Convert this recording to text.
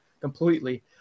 completely